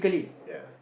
ya